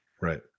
right